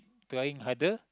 trying harder